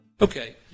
Okay